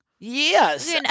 Yes